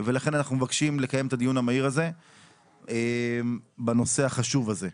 לכן אנחנו מבקשים לקיים את הדיון המהיר בנושא החשוב הזה.